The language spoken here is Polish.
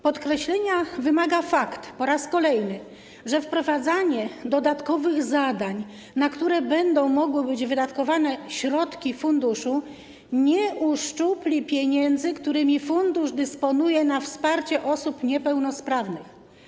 Podkreślenia wymaga - po raz kolejny - fakt, że wprowadzanie dodatkowych zadań, na które będą mogły być wydatkowane środki funduszu, nie uszczupli pieniędzy, którymi fundusz dysponuje na wsparcie osób niepełnosprawnych.